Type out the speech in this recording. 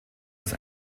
ist